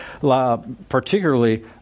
particularly